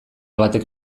batek